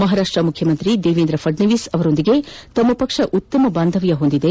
ಮಹಾರಾಷ್ಟ್ ಮುಖ್ಯಮಂತ್ರಿ ದೇವೇಂದ್ರ ಫಡ್ಡವೀಸ್ ಅವರೊಂದಿಗೆ ತಮ್ಮ ಪಕ್ಷ ಉತ್ತಮ ಸಂಬಂಧ ಹೊಂದಿದೆ